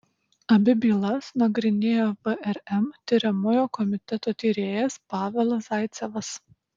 abi bylas nagrinėjo vrm tiriamojo komiteto tyrėjas pavelas zaicevas